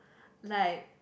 like